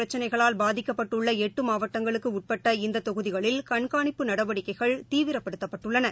பிரச்சினைகளால் பாதிக்கப்பட்டுள்ளஎட்டுமாவட்டங்களுக்குஉட்பட்ட நக்ஸனலட் இந்ததொகுதிகளில் கண்காணிப்பு நடவடிக்கைகள் தீவிரப்படுத்தப்பட்டுள்ளன